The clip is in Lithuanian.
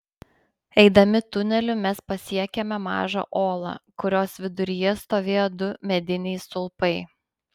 eidami tuneliu mes pasiekėme mažą olą kurios viduryje stovėjo du mediniai stulpai